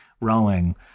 rowing